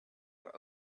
were